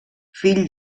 fill